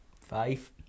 five